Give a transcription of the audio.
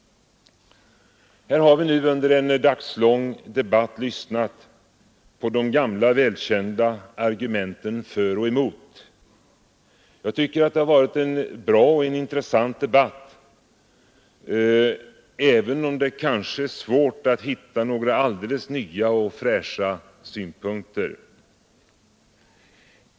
Här har vi nu under en dagslång debatt lyssnat på de gamla välkända argumenten för och emot. Jag tycker att det varit en bra och intressant debatt, även om det kanske är svårt att hitta några alldeles nya och fräscha synpunkter.